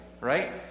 right